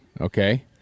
okay